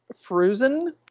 frozen